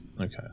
okay